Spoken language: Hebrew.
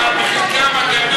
אבל בחלקן הגדול,